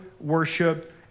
worship